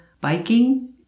biking